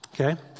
Okay